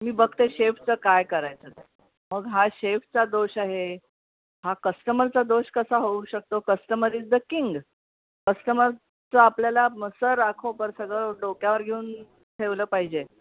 मी बघते शेफचं काय करायचं ते मग हा शेफचा दोष आहे हा कस्टमरचा दोष कसा होऊ शकतो कस्टमर इज द किंग कस्टमरचं आपल्याला सर आंखो पर सगळं डोक्यावर घेऊन ठेवलं पाहिजे